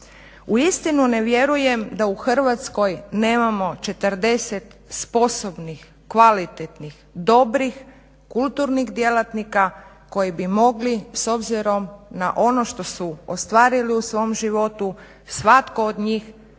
Uistinu ne vjerujem da u Hrvatskoj nemamo 40 sposobnih, kvalitetnih, dobrih, kulturnih djelatnika koji bi mogli s obzirom na ono što su ostvarili u svom životu svatko od njih,